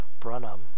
Brunham